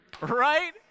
Right